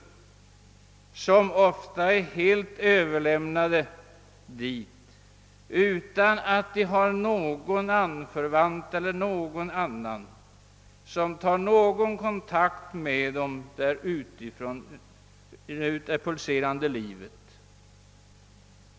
De finns bland dem som är helt överlämnade åt dessa institutioner utan att ha någon anförvant eller någon annan ute i det pulserande livet som tar kontakt med dem.